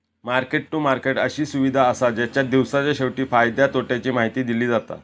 market to market अशी सुविधा असा जेच्यात दिवसाच्या शेवटी फायद्या तोट्याची माहिती दिली जाता